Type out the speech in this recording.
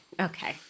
okay